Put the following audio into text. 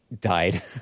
died